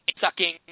sucking